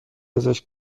ازش